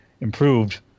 improved